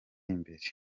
imbere